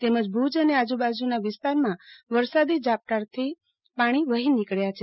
તેમજ ભુજ અને આજુબાજુના વિસ્તારોમાં વરસાદી ઝાપટા થી પાણી વફી નીકબ્યા છે